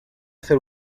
ser